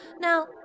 Now